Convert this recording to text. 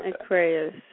Aquarius